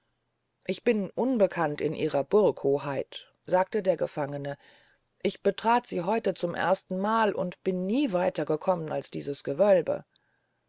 ich bin unbekannt in ihrer hoheit burg sagte der gefangene ich betrat sie heute zum erstenmal und bin nie weiter gekommen als in dieses gewölbe